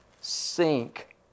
sink